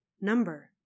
number